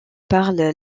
parle